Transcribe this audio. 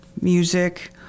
music